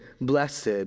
Blessed